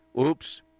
Oops